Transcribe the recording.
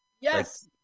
yes